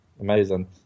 Amazing